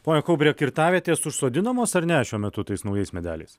pone kaubre kirtavietės užsodinamos ar ne šiuo metu tais naujais medeliais